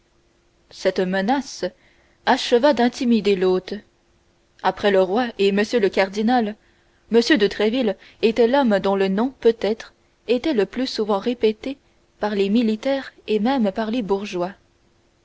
cette menace acheva d'intimider l'hôte après le roi et m le cardinal m de tréville était l'homme dont le nom peut-être était le plus souvent répété par les militaires et même par les bourgeois